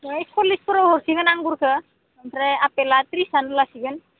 ओइ सल्लिसफोराव हरसिगोन आंगुरखो ओमफ्राय आफेला त्रिसानो लासिगोन